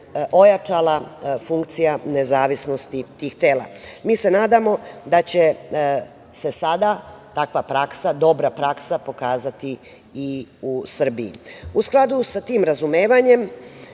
ojačala funkcija nezavisnosti tih tela. Mi se nadamo da će se sada dobra praksa pokazati i u Srbiji.U skladu sa tim razumevanjem